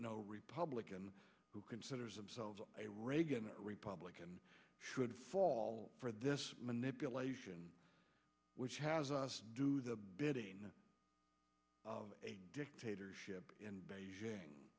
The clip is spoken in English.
no republican who considers themselves a reagan republican should fall for this manipulation which has us do the bidding of a dictatorship